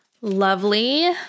Lovely